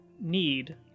need